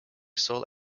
sol